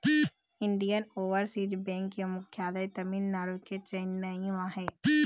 Indian Overseas Bank के मुख्यालय तमिलनाडु के चेन्नई म हे